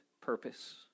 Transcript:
purpose